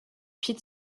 pete